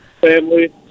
family